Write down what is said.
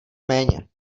méně